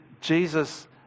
Jesus